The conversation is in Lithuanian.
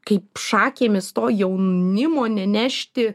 kaip šakėmis to jaunimo nenešti